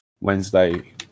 Wednesday